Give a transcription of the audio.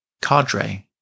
cadre